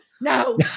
no